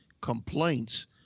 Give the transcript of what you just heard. complaints